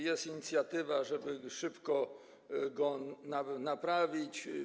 Jest inicjatywa, żeby szybko go naprawić.